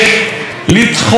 לצחוק,